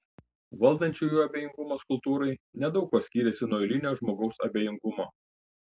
valdančiųjų abejingumas kultūrai nedaug kuo skiriasi nuo eilinio žmogaus abejingumo